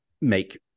make